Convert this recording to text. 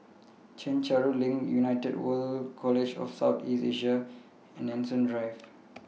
Chencharu LINK United World College of South East Asia and Nanson Drive